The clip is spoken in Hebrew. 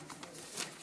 אין מתנגדים,